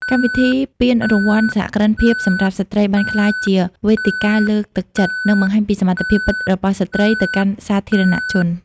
កម្មវិធីពានរង្វាន់សហគ្រិនភាពសម្រាប់ស្ត្រី បានក្លាយជាវេទិកាលើកទឹកចិត្ត និងបង្ហាញពីសមត្ថភាពពិតរបស់ស្ត្រីខ្មែរទៅកាន់សាធារណជន។